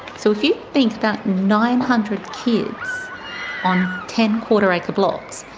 so if you think about nine hundred kids on ten quarter-acre blocks,